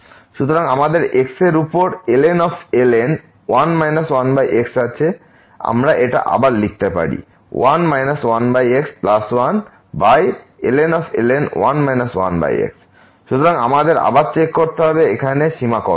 সুতরাং আমাদের x এর উপর ln 1 1X আছে আমরা এটা আবার লিখতে পারি 1 1x1 ln 1 1x সুতরাং আমাদের আবার চেক করতে হবে এখানে সীমা কত